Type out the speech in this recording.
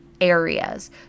areas